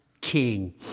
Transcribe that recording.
king